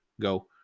go